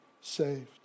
saved